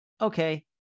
okay